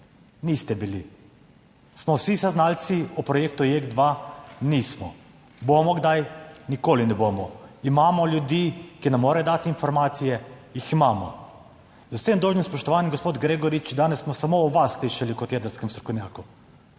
Niste bili. Smo vsi znalci o projektu JEK2? Nismo. Bomo kdaj? Nikoli ne bomo. Imamo ljudi, ki ne morejo dati informacije, jih imamo. Z vsem dolžnim spoštovanjem gospod Gregorič, danes smo samo o vas slišali kot jedrskem strokovnjaku.